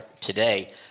today